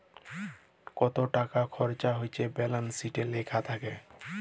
কত টাকা খরচা হচ্যে ব্যালান্স শিটে লেখা থাক্যে